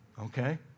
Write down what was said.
Okay